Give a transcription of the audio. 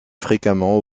fréquemment